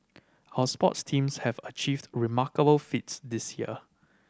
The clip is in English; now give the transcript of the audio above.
our sports teams have achieved remarkable feats this year